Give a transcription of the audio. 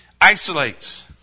isolates